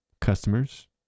Customers